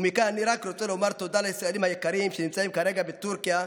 מכאן אני רק רוצה לומר תודה לישראלים היקרים שנמצאים כרגע בטורקיה.